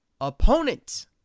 opponent